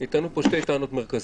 חבר הכנסת קרעי טען שתי טענות מרכזיות: